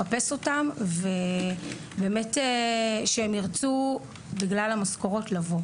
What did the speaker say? לחפש אותם ושהם ירצו לבוא למרות המשכורות.